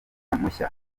mushya